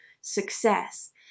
success